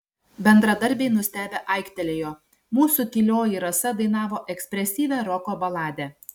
bendradarbiai nustebę aiktelėjo mūsų tylioji rasa dainavo ekspresyvią roko baladę